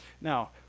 Now